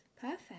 perfect